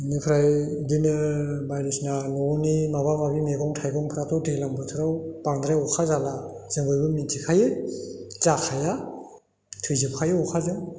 बेनिफ्राय बिदिनो बायदिसिना न'नि माबा माबि मैगं थाइगंफ्राथ' दैज्लां बोथोराव बांद्राय अखा जाब्ला जों बयबो मिथिखायो जाखाया थैजोबखायो अखाजों